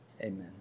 Amen